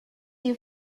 you